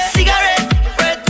Cigarette